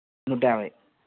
నూట యాభై